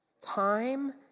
Time